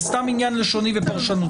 זה סתם עניין לשוני ופרשנותי.